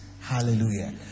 Hallelujah